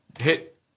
hit